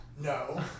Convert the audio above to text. no